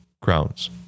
Crowns